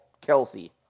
Kelsey